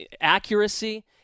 accuracy